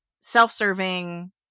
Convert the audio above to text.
self-serving